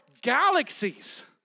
galaxies